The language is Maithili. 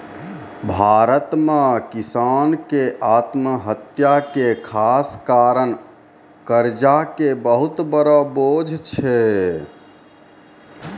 भारत मॅ किसान के आत्महत्या के खास कारण कर्जा के बहुत बड़ो बोझ छै